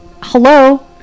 Hello